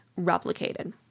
replicated